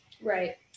right